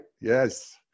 Yes